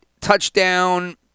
touchdown